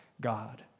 God